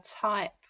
type